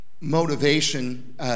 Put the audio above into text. Motivation